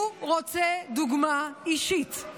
הוא רוצה דוגמה אישית.